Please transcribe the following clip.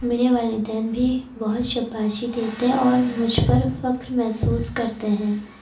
میرے والدین بھی بہت شاباشی دیتے اور مجھ پر فخر محسوس کرتے ہیں